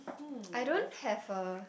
I don't have a